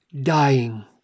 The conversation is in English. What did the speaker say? dying